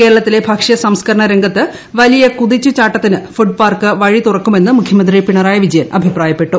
കേരളത്തിലെ ഭക്ഷ്യ സംസ്കരണ രംഗത്ത് വലിയ കുതിച്ചു ചാട്ടത്തിന് ഫുഡ് പാർക്ക് വഴി തുറക്കുമെന്ന് മുഖ്യമന്ത്രി പിണറായി വിജയൻ അഭിപ്രായപ്പെട്ടു